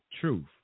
truth